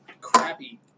crappy